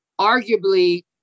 arguably